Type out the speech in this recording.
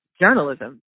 journalism